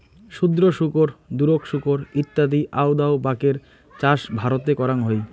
ক্ষুদ্র শুকর, দুরোক শুকর ইত্যাদি আউদাউ বাকের চাষ ভারতে করাং হই